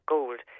Gold